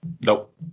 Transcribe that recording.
Nope